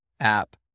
app